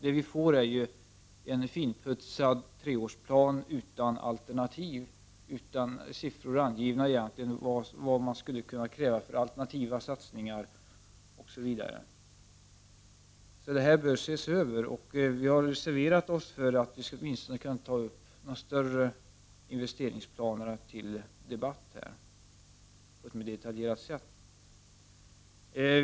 Det vi får är en finputsad treårsplan, utan siffror angivna för vad man skulle kunna kräva av alternativa satsningar, osv. Så systemet bör ses över, och vi har reserverat oss för att riksdagen åtminstone skall kunna ta upp de större investeringsplanerna till debatt på ett mera detaljerat sätt.